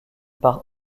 par